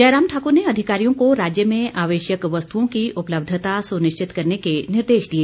जयराम ठाकुर ने अधिकारियों को राज्य में आवश्यक वस्तुओं की उपलब्यता सुनिश्चित करने के निर्देश दिए